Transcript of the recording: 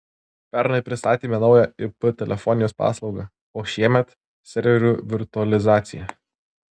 pernai pristatėme naują ip telefonijos paslaugą o šiemet serverių virtualizaciją